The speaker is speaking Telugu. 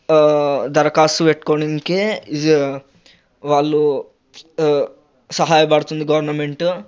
దరఖాస్తు పెట్టుకోవడానికి వాళ్ళు సహాయ పడుతుంది గవర్నమెంటు